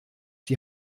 die